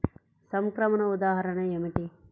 సంక్రమణ ఉదాహరణ ఏమిటి?